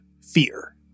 fear